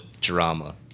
drama